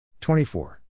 24